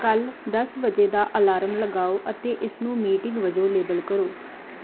ਕੱਲ੍ਹ ਦਸ ਵਜੇ ਦਾ ਅਲਾਰਮ ਲਗਾਓ ਅਤੇ ਇਸਨੂੰ ਮੀਟਿੰਗ ਵਜੋਂ ਲੇਬਲ ਕਰੋ